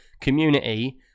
community